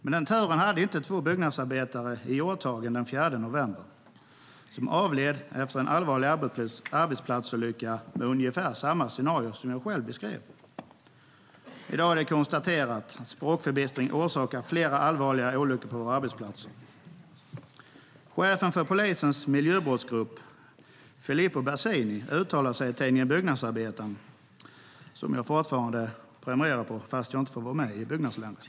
Men den turen hade inte två byggnadsarbetare i Hjorthagen den 4 november som avled efter en allvarlig arbetsplatsolycka med ungefär samma scenario som det jag beskrev. Chefen för polisens miljöbrottsgrupp, Filippo Bassini, uttalade sig i tidningen Byggnadsarbetaren, som jag fortfarande prenumererar på fast jag inte får vara med i Byggnads längre.